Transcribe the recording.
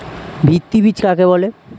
ভিত্তি বীজ কাকে বলে?